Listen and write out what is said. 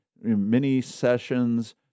mini-sessions